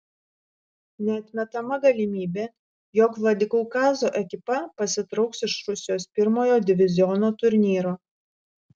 neatmetama galimybė jog vladikaukazo ekipa pasitrauks iš rusijos pirmojo diviziono turnyro